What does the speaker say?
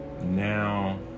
now